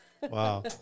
Wow